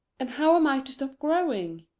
and how am i to stop growing?